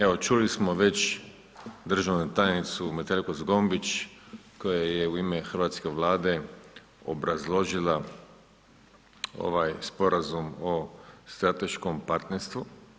Evo, čuli smo već državnu tajnicu Metelko-Zgombić koja je u ime hrvatske Vlade obrazložila ovaj Sporazum o strateškom partnerstvu.